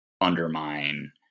undermine